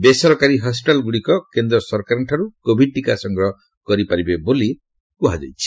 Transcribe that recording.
ବେସରକାରୀ ହସ୍କିଟାଲଗୁଡ଼ିକ କେନ୍ଦ୍ର ସରକାରଙ୍କଠାରୁ କୋଭିଡ ଟିକା ସଂଗ୍ରହ କରିପାରିବେ ବୋଲି କୁହାଯାଇଛି